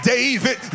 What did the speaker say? David